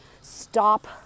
stop